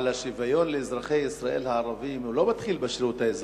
אבל השוויון לאזרחי ישראל הערבים לא מתחיל בשירות האזרחי.